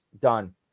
done